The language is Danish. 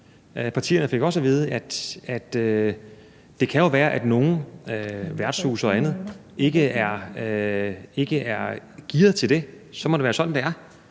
Partierne fik også at vide, at det kan være, at nogle værtshuse og andet ikke er gearet til det. Så må det være sådan, det er.